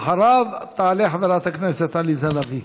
אחריו תעלה חברת הכנסת עליזה לביא.